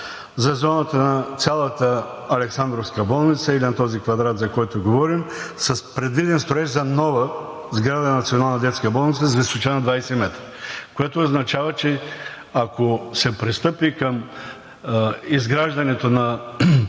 за зоната на цялата Александровска болница или на този квадрат, за който говорим, с предвиден строеж за нова сграда на Национална детска болница с височина 20 м, което означава, че ако се пристъпи към изграждането на